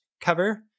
cover